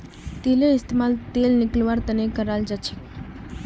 तिलेर इस्तेमाल तेल निकलौव्वार तने कराल जाछेक